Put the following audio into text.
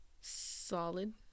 Solid